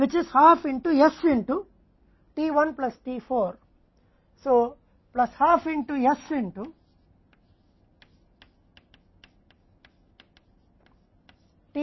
तो कुल मात्रा का बैकऑर्डर इस त्रिभुज का क्षेत्रफल है जो कि t 1 से अधिक t 4 में s है